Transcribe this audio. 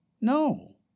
No